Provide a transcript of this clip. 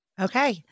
Okay